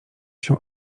się